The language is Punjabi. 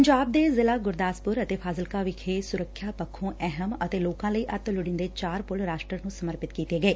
ਪੰਜਾਬ ਦੇ ਜ਼ਿਲਾ ਗੁਰਦਾਸਪੁਰ ਅਤੇ ਫ਼ਾਜ਼ਿਲਕਾ ਵਿਖੇ ਸੁਰੱਖਿਆ ਪੱਥੋ ਅਹਿਮ ਅਤੇ ਲੋਕਾ ਲਈ ਅਤਿ ਲੋੜੀਦੇ ਚਾਰ ਪੁਲ ਰਾਸਟਟਰ ਨੂੰ ਸਮਰਪਿਤ ਕੀਤੇ ਗਏ